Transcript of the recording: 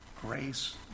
Grace